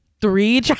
Three